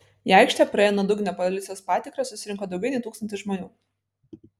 į aikštę praėję nuodugnią policijos patikrą susirinko daugiau nei tūkstantis žmonių